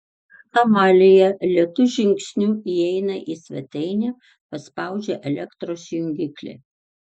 amalija lėtu žingsniu įeina į svetainę paspaudžia elektros jungiklį